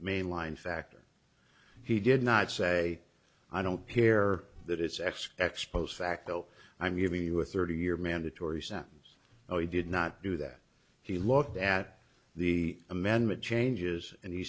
mainline factor he did not say i don't care that it's x x post facto i'm giving you a thirty year mandatory sentence oh he did not do that he looked at the amendment changes and he